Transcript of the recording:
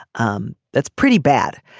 um that's pretty bad.